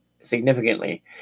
significantly